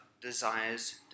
desires